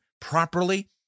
properly